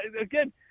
again